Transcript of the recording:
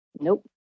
Nope